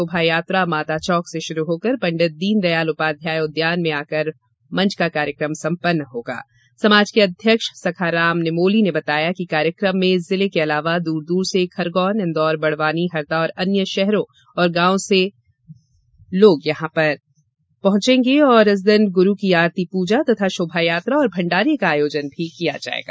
शोभायात्रा माता चौक से शुरु होकर पंडित दीनदयाल उपाध्याय उद्यान में आकर मंच का कार्यक्रम संपन्न होगा समाज के अध्यक्ष सखाराम निमोले ने बताया की कार्यक्रम में जिले के अलावा दूर दूर से खरगोनइन्दौर बड़वानी हरदा और अन्य शहरो गांवो से समाजजन आयेंगे इसी दिन गुरु की आरती पूजा तथा शोभायात्रा और भंडारे का आयोजन भी किया जवेगा